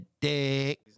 dick